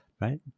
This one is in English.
right